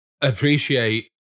appreciate